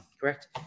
correct